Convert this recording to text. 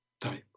type